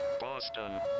Boston